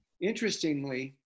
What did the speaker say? interestingly